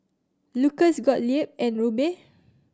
Lucas Gottlieb and Rubye